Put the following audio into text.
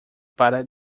para